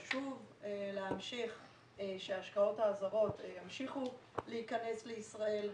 חשוב להמשיך שההשקעות הזרות ימשיכו להכנס לישראל,